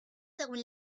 según